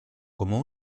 como